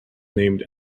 named